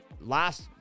last